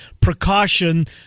precaution